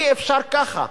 אי-אפשר ככה.